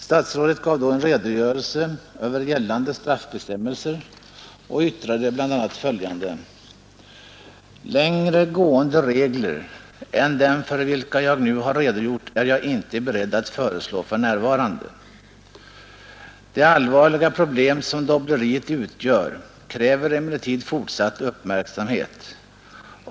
Statsrådet gav då en redogörelse över gällande straffbestämmelser och yttrade bl.a. följande: ”Längre gående regler än dem för vilka jag nu har redogjort är jag inte beredd att föreslå för närvarande. Det allvarliga problem som dobbleriet utgör kräver emellertid fortsatt uppmärksamhet.